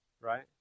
right